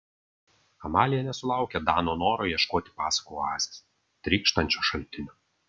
amalija nesulaukė dano noro ieškoti pasakų oazės trykštančio šaltinio